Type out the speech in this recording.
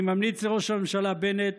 אני ממליץ לראש הממשלה בנט